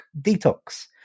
Detox